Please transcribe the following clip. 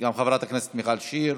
גם חברת הכנסת מיכל שיר,